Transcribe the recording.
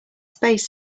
space